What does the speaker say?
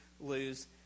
lose